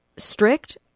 strict